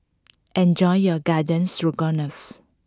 enjoy your Garden Stroganoff